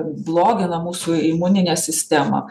blogina mūsų imuninę sistemą